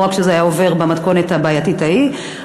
זה לא רק היה עובר במתכונת הבעייתית ההיא.